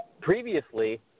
previously